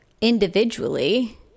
individually